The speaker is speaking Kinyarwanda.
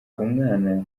umwana